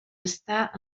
estar